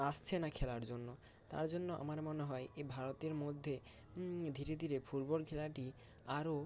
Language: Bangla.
আসছে না খেলার জন্য তার জন্য আমার মনে হয় এ ভারতের মধ্যে ধীরে ধীরে ফুটবল খেলাটি আরও